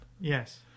Yes